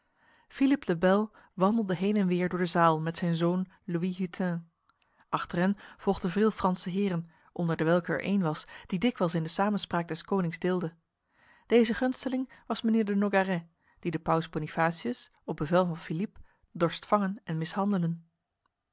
philippe le bel wandelde heen en weer door de zaal met zijn zoon louis hutin achter hen volgden veel franse heren onder dewelke er een was die dikwijls in de samenspraak des konings deelde deze gunsteling was mijnheer de nogaret die de paus bonifacius op bevel van philippe dorst vangen en mishandelen